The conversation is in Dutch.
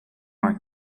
haar